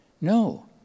No